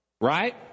right